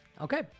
Okay